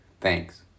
Thanks